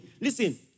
Listen